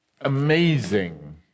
amazing